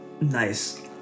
Nice